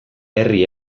herri